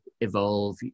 evolve